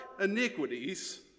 iniquities